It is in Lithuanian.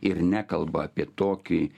ir nekalba apie tokį